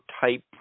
type